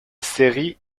série